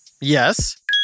Yes